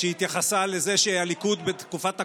כשהיא התייחסה לזה שהליכוד בתקופת הקורונה,